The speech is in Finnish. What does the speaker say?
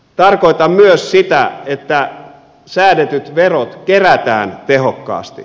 tarkoitan myös sitä että säädetyt verot kerätään tehokkaasti